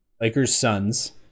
Lakers-Suns